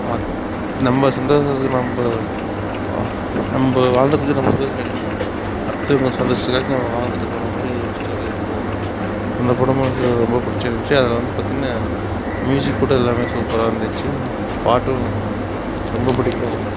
நம்ம சந்தோஷத்துக்கு நம்ம நம்ம வாழறதுக்கு நம்ம சந்தோஷம் கிடைக்குதுனா அடுத்தவங்க சந்தோஷத்துக்காக நம்ம வாழ்ந்துட்டு போகிறா மாதிரி அது ஒரு ஸ்டோரி இருக்கும் அந்த படமும் எனக்கு ரொம்ப பிடிச்சிருந்துச்சு அதில் வந்து மியூசிக் கூட எல்லாமே சூப்பராகருந்துச்சி பாட்டும் ரொம்ப பிடிக்கும்